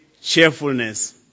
cheerfulness